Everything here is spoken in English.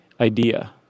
idea